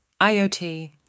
IoT